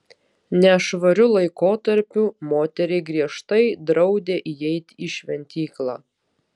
nešvariu laikotarpiu moteriai griežtai draudė įeiti į šventyklą